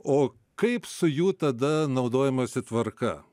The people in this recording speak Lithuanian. o kaip su jų tada naudojimosi tvarka